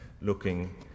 looking